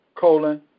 colon